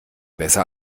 besser